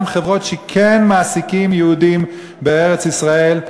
חברות שכן מעסיקות יהודים בארץ-ישראל,